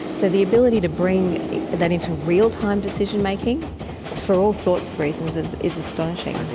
so the ability to bring that into real-time decision making for all sorts of reasons is is astonishing.